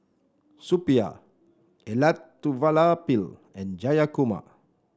Suppiah Elattuvalapil and Jayakumar